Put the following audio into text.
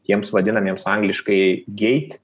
tiems vadinamiems angliškai geit